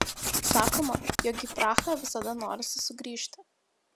sakoma jog į prahą visada norisi sugrįžti